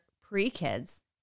pre-kids